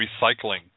recycling